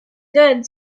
good